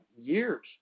years